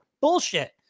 Bullshit